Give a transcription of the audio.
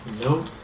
Nope